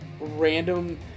random